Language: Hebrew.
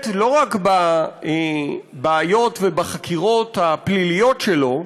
לא רק בבעיות ובחקירות הפליליות שלו,